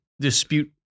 dispute